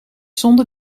zonder